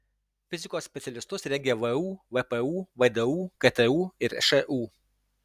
fizikos specialistus rengia vu vpu vdu ktu ir šu